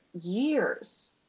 years